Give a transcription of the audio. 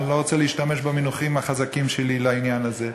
אני לא רוצה להשתמש במינוחים החזקים שלי לעניין הזה,